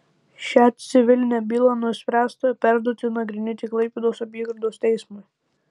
šią civilinę bylą nuspręsta perduoti nagrinėti klaipėdos apygardos teismui